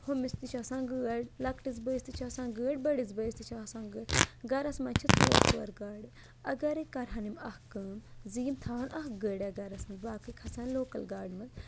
ہُمِس تہِ چھِ آسان گٲڑۍ لۄکٹِس بٲیِس تہِ چھِ آسان گٲڑۍ بٔڑِس بٲیِس تہِ چھِ آسان گٲڑۍ گَرَس منٛز چھِ ژور ژور گاڑِ اَگرَے کَرہَن یِم اَکھ کٲم زِ یِم تھاوہَن اَکھ گٲڑیٛا گَرَس منٛز باقٕے کھَسہٕ ہَن لوکَل گاڑِ منٛز